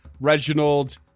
Reginald